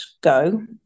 go